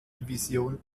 division